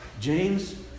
James